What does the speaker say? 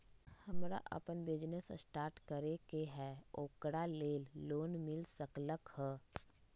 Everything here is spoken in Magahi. हमरा अपन बिजनेस स्टार्ट करे के है ओकरा लेल लोन मिल सकलक ह?